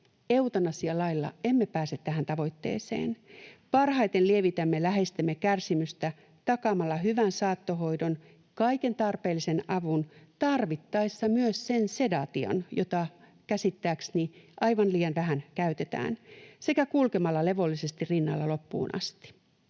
Eutanasialailla emme pääse tähän tavoitteeseen. Parhaiten lievitämme läheistemme kärsimystä takaamalla hyvän saattohoidon, kaiken tarpeellisen avun, tarvittaessa myös sen sedaation, jota käsittääkseni aivan liian vähän käytetään, sekä kulkemalla levollisesti rinnalla loppuun asti.